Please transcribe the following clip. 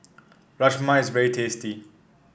rajma is very tasty